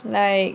like